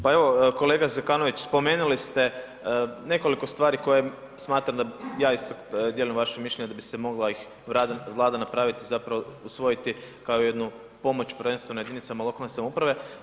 Pa evo kolega Zekanović spomenuli ste nekoliko stvari koje smatram da ja isto dijelim vaše mišljenje da bi se mogla ih Vlada usvojiti kao jednu pomoć prvenstveno jedinicama lokalne samouprave.